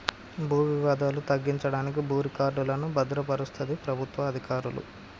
భూ వివాదాలు తగ్గించడానికి భూ రికార్డులను భద్రపరుస్తది ప్రభుత్వ అధికారులు